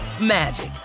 magic